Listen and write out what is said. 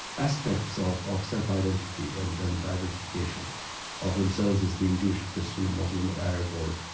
aspects of of self-identity and and identification of themselves as being jewish or christian or muslim or arab or,